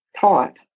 taught